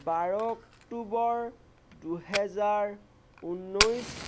বাৰ অক্টোবৰ দুহেজাৰ ঊনৈছ